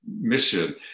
mission